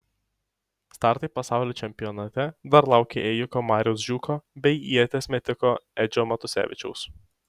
startai pasaulio čempionate dar laukia ėjiko mariaus žiūko bei ieties metiko edžio matusevičiaus